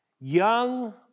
Young